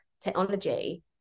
technology